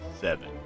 seven